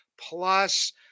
plus